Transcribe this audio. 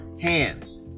hands